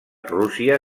rússia